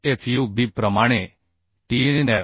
9 fub प्रमाणे Tnf